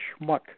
schmuck